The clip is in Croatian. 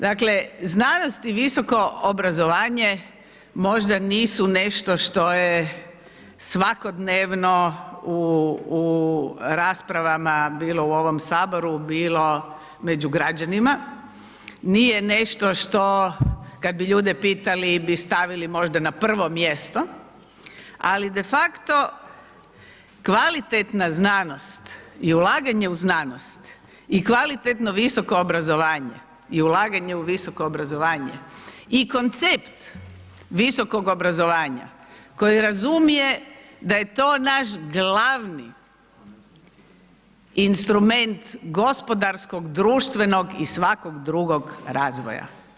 Dakle, znanost i visoko obrazovanje možda nisu nešto što je svakodnevno u, u raspravama bilo u ovom saboru, bilo među građanima, nije nešto što kad bi ljude pitali bi stavili možda na prvo mjesto, ali de facto kvalitetna znanost i ulaganje u znanost i kvalitetno visoko obrazovanje i ulaganje u visoko obrazovanje i koncept visokog obrazovanja koji razumije da je to naš glavni instrument gospodarskog, društvenog i svakog drugog razvoja.